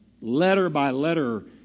letter-by-letter